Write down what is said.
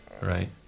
right